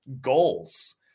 goals